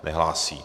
Nehlásí.